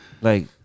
like-